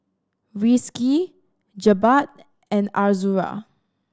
Rizqi Jebat and Azura